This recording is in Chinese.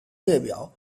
列表